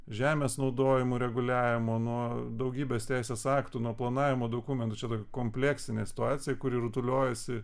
žemės naudojimo reguliavimo nuo daugybės teisės aktų nuo planavimo dokumentų čia tokia kompleksinė situacija kuri rutuliojasi